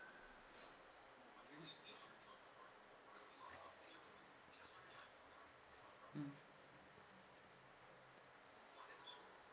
mm